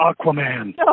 Aquaman